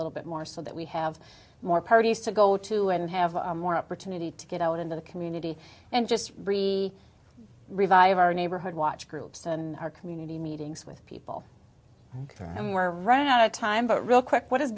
little bit more so that we have more parties to go to and have more opportunity to get out into the community and just breathe we revive our neighborhood watch groups and our community meetings with people and we're running out of time but real quick what has